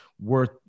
worth